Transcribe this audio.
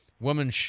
woman